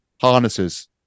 harnesses